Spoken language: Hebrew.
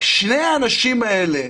הזו שהיא ממשלת אחדות,